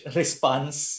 response